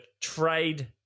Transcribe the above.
trade